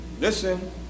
Listen